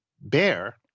Bear